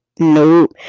Nope